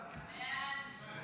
חוק